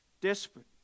desperate